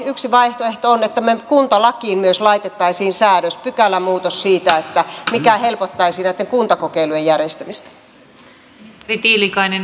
yksi vaihtoehto on että me kuntalakiin myös laittaisimme säädöksen pykälämuutoksen siitä mikä helpottaisi näitten kuntakokeilujen järjestämistä